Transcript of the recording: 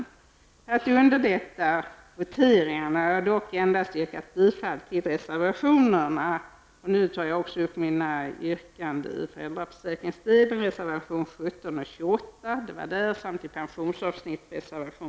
För att underlätta voteringarna har jag dock endast yrkat bifall till reservationerna 17 och 28 i föräldraförsäkringsdelen samt i pensionsavsnittet reservationerna 42 och 78.